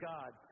God